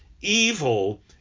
evil